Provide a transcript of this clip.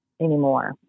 anymore